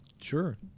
sure